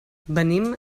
venim